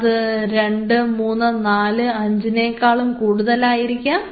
അത് 2345 നേക്കാളും കൂടുതലായിരിക്കും